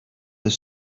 that